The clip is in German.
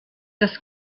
des